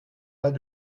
pas